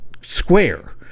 square